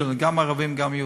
גם ערבים וגם יהודים,